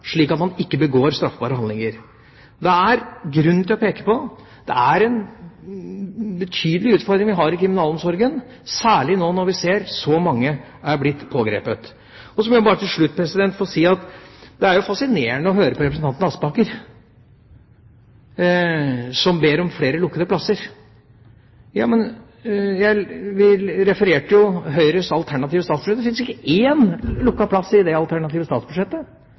slik at de ikke begår straffbare handlinger. Det er grunn til å peke på at det er en betydelig utfordring vi har i kriminalomsorgen, særlig nå når vi ser at så mange er blitt pågrepet. Så må jeg bare til slutt si at det er fascinerende å høre på representanten Aspaker, som ber om flere lukkede plasser. Vi refererte jo til Høyres alternative statsbudsjett. Det finnes ikke én lukket plass i det alternative